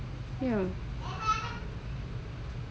ya